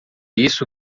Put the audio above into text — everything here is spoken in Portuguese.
isso